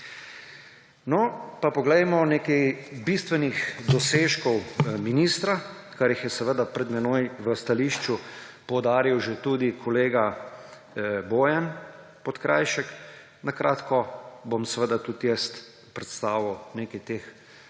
No, pa poglejmo nekaj bistvenih dosežkov ministra, kar jih je seveda pred menoj v stališču poudaril že tudi kolega Bojan Podkrajšek. Na kratko bom tudi jaz predstavil nekaj teh